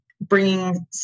bringing